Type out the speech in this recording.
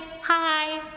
Hi